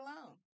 alone